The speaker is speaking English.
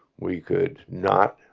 we could not